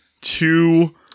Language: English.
two